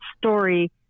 story